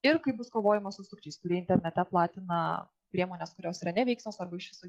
ir kaip bus kovojama su sukčiais kurie internete platina priemones kurios yra neveiksnios arba iš viso